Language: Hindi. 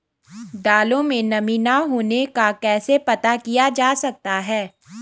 दालों में नमी न होने का कैसे पता किया जा सकता है?